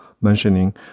mentioning